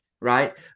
right